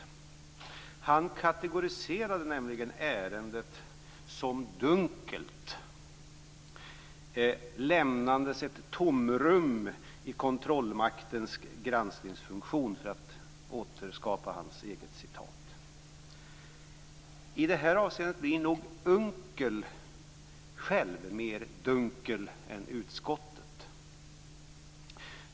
Per Unckel kategoriserade nämligen ärendet som dunkelt, lämnandes ett tomrum i kontrollmaktens granskningsfunktion - för att återskapa vad han själv sade. I det här avseendet blir nog Unckel själv mer dunkel än utskottet.